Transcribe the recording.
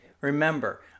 Remember